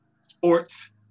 sports